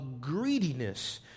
greediness